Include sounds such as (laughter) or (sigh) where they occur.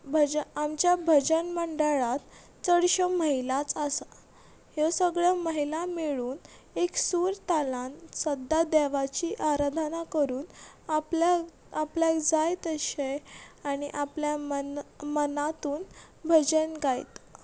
(unintelligible) आमच्या भजन मंडळांत चडश्यो महिलाच आसा ह्यो सगळ्यो महिला मेळून एक सूर तालान सद्दां देवाची आराधना करून आपल्याक आपल्याक जाय तशें आनी आपल्या आपल्या मनांतून भजन गायता